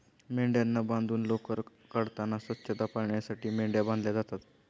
मेंढ्यांना बांधून लोकर काढताना स्वच्छता पाळण्यासाठी मेंढ्या बांधल्या जातात